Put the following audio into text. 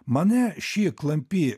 mane ši klampi